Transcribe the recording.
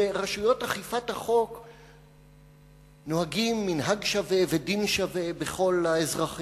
ורשויות אכיפת החוק נוהגים מנהג שווה ודין שווה בכל האזרחים.